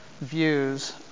views